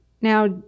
Now